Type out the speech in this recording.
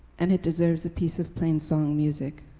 and it deserves a piece of plain-song music.